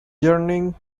yearning